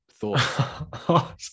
thought